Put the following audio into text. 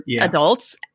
adults –